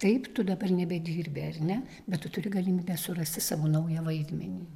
taip tu dabar nebedirbi ar ne bet tu turi galimybę surasti savo naują vaidmenį